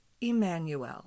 Emmanuel